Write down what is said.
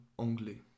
anglais